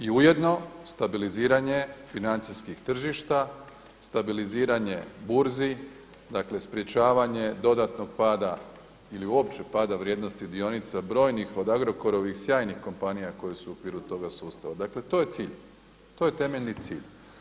I ujedno stabiliziranje financijskih tržišta, stabiliziranje burzi, dakle sprečavanje dodatnog pada ili uopće pada vrijednosti dionica brojnih od Agrokorovih sjajnih kompanija koje su u okviru toga sustava, dakle to je cilj, to je temeljni cilj.